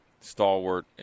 stalwart